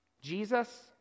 Jesus